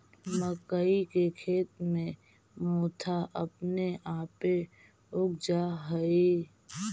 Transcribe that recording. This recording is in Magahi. मक्कइ के खेत में मोथा अपने आपे उग जा हई